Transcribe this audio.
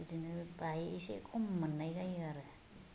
बिदिनो बाहाय एसे खम मोननाय जायो आरो